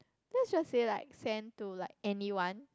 let's just say like send to like anyone